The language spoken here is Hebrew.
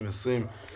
בוקר טוב.